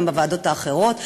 גם בוועדות האחרות,